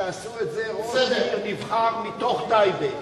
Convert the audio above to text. שעשה את זה ראש עיר נבחר מתוך טייבה,